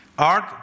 Art